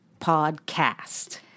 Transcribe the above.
podcast